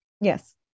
Yes